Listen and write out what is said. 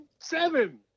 seven